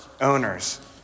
owners